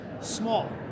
small